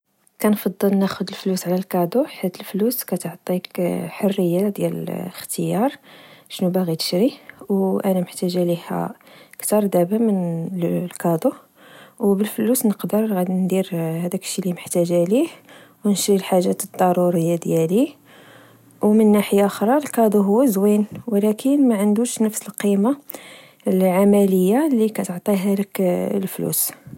كنفضل ناخد الفلوس على الكادو، حيت الفلوس كتعطيك حرية ديال لختيار شنو باغي تشري، و أنا دابا محتاجة ليها كتر من الكادو،. وبالفلوس نقدر ندير هداكشي لمحتاجة ليه، ونشري الحاجات الضرورية ديالي و من ناحية خرى، الكادو هو زوين ولكن معندوش نفس القيمة العملية لكتعطيها ليك الفلوس